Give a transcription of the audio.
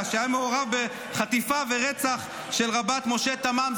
שהיה מעורב בחטיפה וברצח של רב"ט משה תמם,